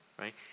right